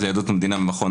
הזה תודה.